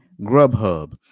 Grubhub